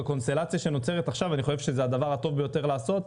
בקונסטלציה שנוצרת עכשיו אני חושב שזה הדבר הטוב ביותר לעשות.